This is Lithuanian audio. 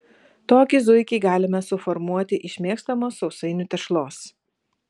tokį zuikį galime suformuoti iš mėgstamos sausainių tešlos